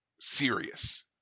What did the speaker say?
serious